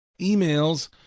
emails